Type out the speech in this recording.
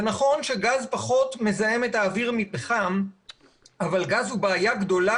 זה נכון שגז פחות מזהם את האוויר מפחם אבל גז הוא בעיה גדולה